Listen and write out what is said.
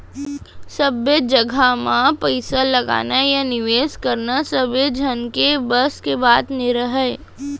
सब्बे जघा म पइसा लगाना या निवेस करना सबे झन के बस के बात नइ राहय